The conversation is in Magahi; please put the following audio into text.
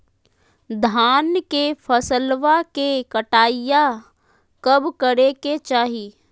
धान के फसलवा के कटाईया कब करे के चाही?